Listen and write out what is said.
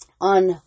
on